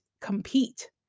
compete